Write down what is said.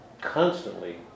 constantly